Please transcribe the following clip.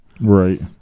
Right